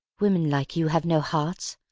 women like you have no hearts.